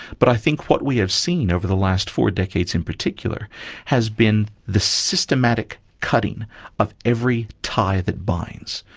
but i think what we have seen over the last four decades in particular has been the systematic cutting of every tie that binds,